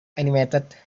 animated